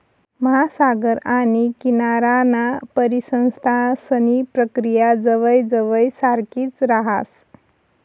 महासागर आणि किनाराना परिसंस्थांसनी प्रक्रिया जवयजवय सारखीच राहस